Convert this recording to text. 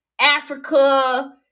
Africa